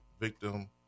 victim